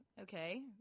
Okay